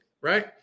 right